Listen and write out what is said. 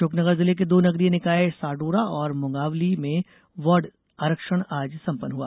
अशोकनगर जिले के दो नगरीय निकाय साडौरा और मुगावली में वार्ड आरक्षण आज संपन्न हुआ